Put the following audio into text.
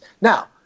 now